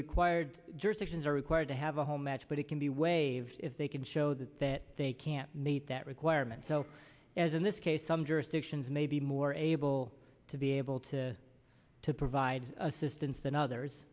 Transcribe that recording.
required jurisdictions are required to have a home match but it can be waived if they can show that that they can't meet that requirement so as in this case some jurisdictions may be more able to be able to to provide assistance than others